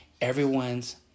everyone's